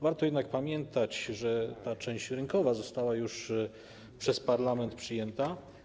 Warto jednak pamiętać, że część rynkowa została już przez parlament przyjęta.